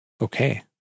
Okay